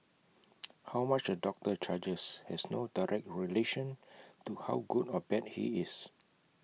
how much A doctor charges has no direct relation to how good or bad he is